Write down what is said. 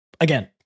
again